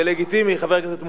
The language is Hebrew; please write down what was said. זה לגיטימי, חבר הכנסת מולה.